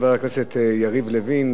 חברי הכנסת יריב לוין,